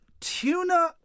Tuna